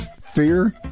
fear